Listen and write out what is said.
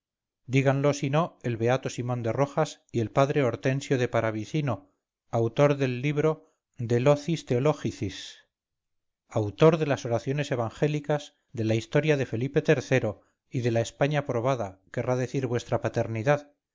díganlosi no el beato simón de rojas y el padre hortensio de paravicino autor del libro de locis theologicis autor de las oraciones evangélicas de la historia de felipe iii y de la españa probada querrá decir vuestra paternidad